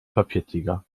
papiertiger